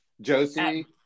Josie